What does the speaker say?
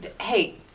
Hey